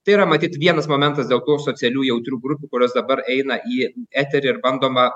tai yra matyt vienas momentas dėl tų asocialių jautrių grupių kurios dabar eina į eterį ir bandoma